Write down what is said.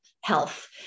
health